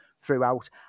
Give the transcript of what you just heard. throughout